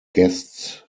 guests